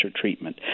treatment